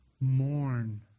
mourn